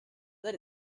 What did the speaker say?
that